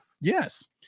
Yes